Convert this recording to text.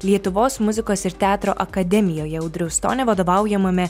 lietuvos muzikos ir teatro akademijoje audriaus stonio vadovaujamame